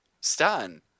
Stan